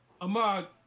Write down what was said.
Ahmad